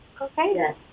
Okay